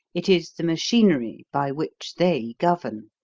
it is the machinery by which they govern.